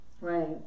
right